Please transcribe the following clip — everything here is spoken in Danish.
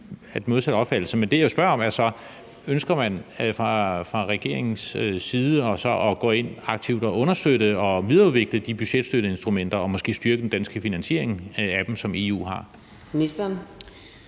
den modsatte opfattelse. Men det, jeg vil spørge om, er så, om man fra regeringens side ønsker at gå ind aktivt at understøtte og videreudvikle de budgetstøtteinstrumenter og måske styrke den danske finansiering af dem, som EU har. Kl.